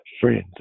friends